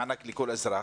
מענק לכל אזרח,